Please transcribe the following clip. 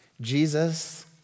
Jesus